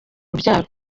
urubyaro